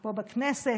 פה בכנסת.